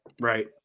Right